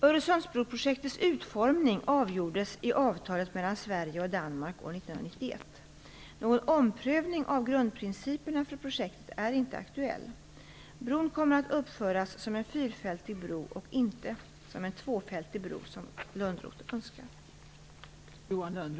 Öresundsbroprojektets utformning avgjordes i avtalet mellan Sverige och Danmark år 1991. Någon omprövning av grundprinciperna för projektet är inte aktuell. Bron kommer att uppföras som en fyrfältig bro och inte som en tvåfältig bro såsom Lönnroth önskar.